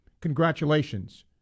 congratulations